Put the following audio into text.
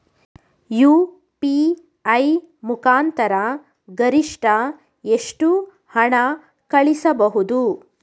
UPI ಮುಖಾಂತರ ಗರಿಷ್ಠ ಎಷ್ಟು ಹಣ ಕಳಿಸಬಹುದು?